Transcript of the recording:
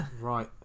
Right